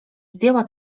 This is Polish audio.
zdjęła